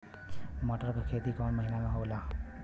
मटर क खेती कवन महिना मे होला?